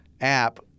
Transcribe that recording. app